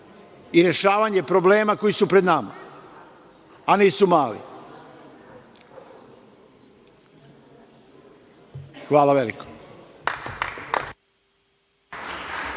i rešavanje problema koji su pred nama, a nisu mali. Hvala veliko.